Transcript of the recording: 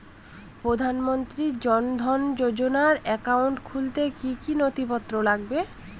প্রধানমন্ত্রী জন ধন যোজনার একাউন্ট খুলতে কি কি নথিপত্র লাগবে?